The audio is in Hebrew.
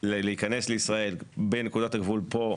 להיכנס לישראל בנקודת הגבול פה,